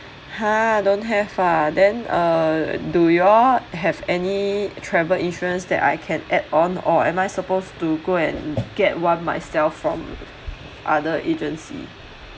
!huh! don't have ah then uh do you all have any travel insurance I can add on or am I supposed to go and get one myself from other agency